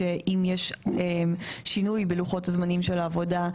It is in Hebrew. שאם יש שינוי בלוחות הזמנים של העבודה,